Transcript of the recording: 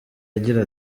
agira